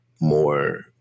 more